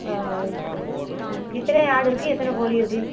ஆ ம் எத்தனை ஆடு இருக்கு எத்தனை கோழி இருக்கு